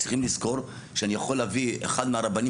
צריכים לזכור שאני יכול להביא אחד מהרבנים